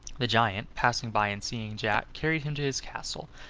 the giant, passing by and seeing jack, carried him to his castle,